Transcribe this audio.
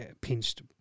pinched